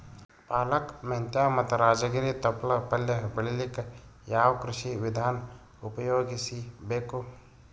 ಪಾಲಕ, ಮೆಂತ್ಯ ಮತ್ತ ರಾಜಗಿರಿ ತೊಪ್ಲ ಪಲ್ಯ ಬೆಳಿಲಿಕ ಯಾವ ಕೃಷಿ ವಿಧಾನ ಉಪಯೋಗಿಸಿ ಬೇಕು?